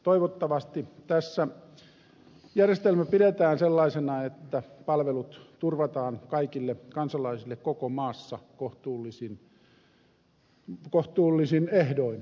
toivottavasti tässä järjestelmä pidetään sellaisena että palvelut turvataan kaikille kansalaisille koko maassa kohtuullisin ehdoin